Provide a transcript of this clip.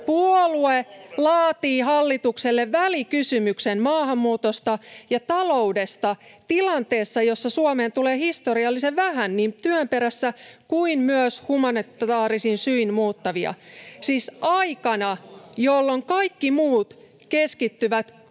Puolue laatii hallitukselle välikysymyksen maahanmuutosta ja taloudesta tilanteessa, jossa Suomeen tulee historiallisen vähän niin työn perässä kuin myös humanitaarisin syin muuttavia. [Perussuomalaisten ryhmästä: